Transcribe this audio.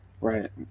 Right